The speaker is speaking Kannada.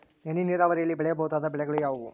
ಹನಿ ನೇರಾವರಿಯಲ್ಲಿ ಬೆಳೆಯಬಹುದಾದ ಬೆಳೆಗಳು ಯಾವುವು?